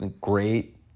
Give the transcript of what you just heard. great